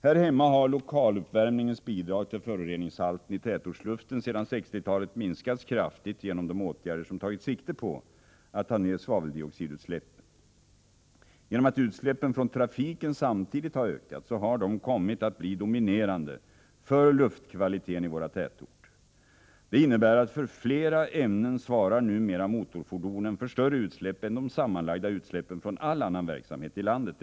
Här hemma har lokaluppvärmningens bidrag till föroreningshalten i tätortsluften sedan 1960-talet minskats kraftigt genom de åtgärder som tagit sikte på att ta ned svaveldioxidutsläppen. Genom att utsläppen från trafiken samtidigt har ökat, har dessa kommit att bli dominerande för luftkvaliteten i våra tätorter. Det innebär att för flera ämnen svarar numera motorfordonen för större utsläpp än de sammanlagda utsläppen från all annan verksamhet i landet.